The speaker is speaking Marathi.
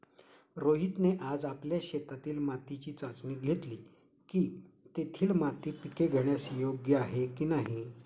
रोहितने आज आपल्या शेतातील मातीची चाचणी घेतली की, तेथील माती पिके घेण्यास योग्य आहे की नाही